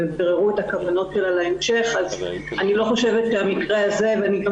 ביררו את הכוונות שלה להמשך אז אני לא חושבת שהמקרה הזה ואני גם